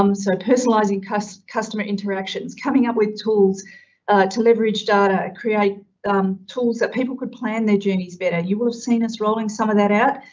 um so personalizing customer customer interactions, coming up with tools to leverage data, create tools that people could plan their journeys better. you will have seen us rolling some of that out.